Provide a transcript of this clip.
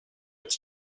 its